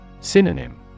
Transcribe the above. Synonym